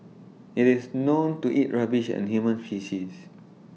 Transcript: IT is known to eat rubbish and human faeces